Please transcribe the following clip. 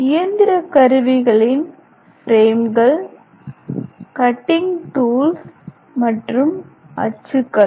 இயந்திரக் கருவிகளின் பிரேம்கள் கட்டிங் டூல்ஸ் மற்றும் அச்சுக்கள்